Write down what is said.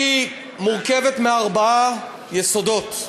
היא מורכבת מארבעה יסודות.